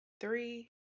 three